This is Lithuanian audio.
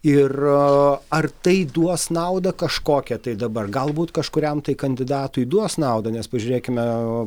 ir ar tai duos naudą kažkokią tai dabar galbūt kažkuriam tai kandidatui duos naudą nes pažiūrėkime o